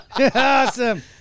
Awesome